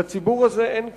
לציבור הזה אין קול.